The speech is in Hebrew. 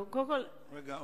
בבקשה.